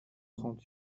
trente